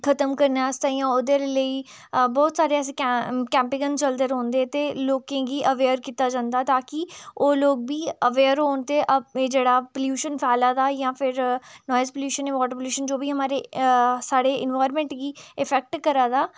खत्म करने आस्तै ऐहीं ओह्दे लेई बहोत सारे ऐसे कैंपेन चलदे रौह्ंदे ते लोकें गी अवेयर कीता जंदा ताकी ओह् लोक बी अवेयर होन ते आपें जेह्ड़ा पलूशन फैला दा जां फिर नोइस पलूशन वॉटर पलूशन जो भी हमारे साढ़े एनवायरमेंट गी इफेक्ट करा दा